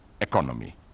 economy